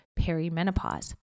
perimenopause